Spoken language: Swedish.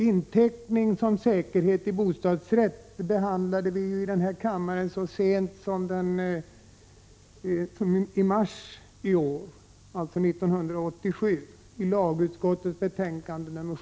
Inteckning som säkerhet i bostadsrätt behandlade vi här i kammaren så sent som i mars i år med anledning av lagutskottets betänkande 17.